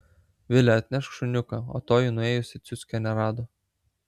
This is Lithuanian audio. vile atnešk šuniuką o toji nuėjusi ciuckio nerado